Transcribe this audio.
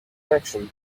protection